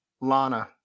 Lana